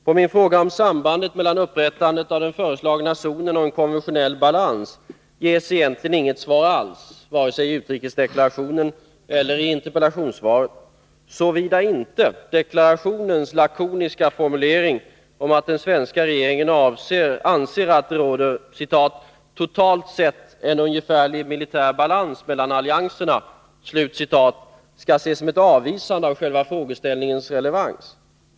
På min fråga om sambandet mellan upprättandet av den föreslagna zonen och en konventionell balans ges egentligen inget svar alls, varken i utrikesdeklarationen eller i interpellationssvaret, såvida inte deklarationens lakoniska formulering om att den svenska regeringen anser att det ”totalt sett råder en ungefärlig militär balans mellan allianserna” skall ses som ett avvisande av själva frågeställningens relevans.